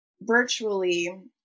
virtually